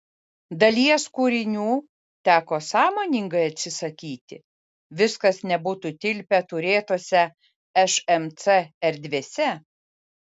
dalies kūrinių teko sąmoningai atsisakyti viskas nebūtų tilpę turėtose šmc erdvėse